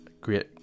great